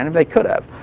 and they could have.